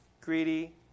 greedy